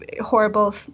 horrible